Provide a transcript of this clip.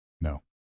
No